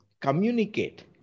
communicate